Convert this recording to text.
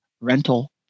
rental